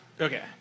Okay